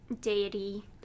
deity